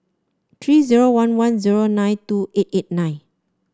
three zero one one zero nine two eight eight nine